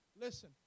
listen